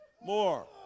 More